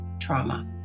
Trauma